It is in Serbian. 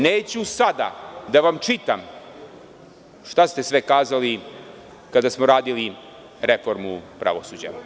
Neću sada da vam čitam šta ste sve kazali kada smo radili reformu pravosuđa.